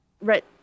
Right